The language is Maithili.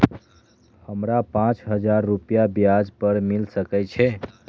हमरा पाँच हजार रुपया ब्याज पर मिल सके छे?